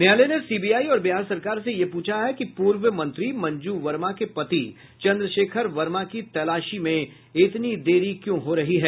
न्यायालय ने सीबीआई और बिहार सरकार से ये प्रछा है कि पूर्व मंत्री मंजू वर्मा के पति चंद्रशेखर वर्मा की तलाश में इतनी देरी क्यों हो रही है